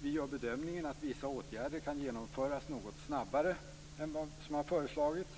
Vi gör bedömningen att vissa åtgärder kan genomföras något snabbare än vad som har föreslagits,